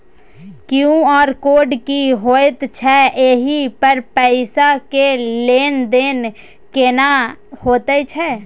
QR code की होयत छै एहि पर पैसा के लेन देन केना होयत छै?